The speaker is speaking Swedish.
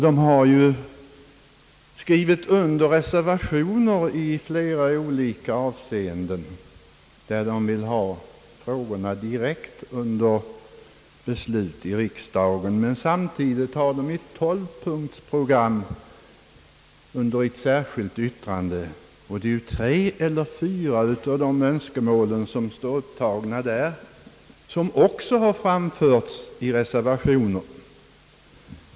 De har ju skrivit under reservationer i flera olika avseenden, där de vill ha frågorna direkt under beslut i riksdagen. Men samtidigt har de ett tolvpunktsprogram under ett särskilt yttrande. Tre eller fyra av de önskemål som står upptagna där har ju också framförts i re servationer.